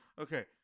Okay